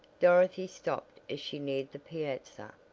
dorothy stopped as she neared the piazza.